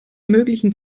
möglichen